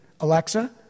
Alexa